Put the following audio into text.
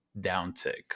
downtick